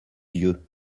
vieux